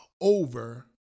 over